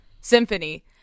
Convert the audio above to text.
Symphony